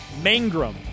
Mangrum